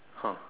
ah